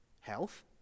Health